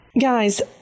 guys